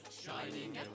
shining